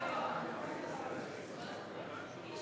ההצעה להעביר את הצעת חוק